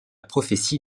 prophétie